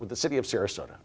with the city of sarasota